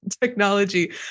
technology